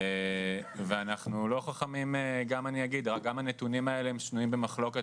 ואני אגיד שגם הנתונים האלה שנויים במחלוקת